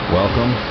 welcome